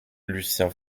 lucien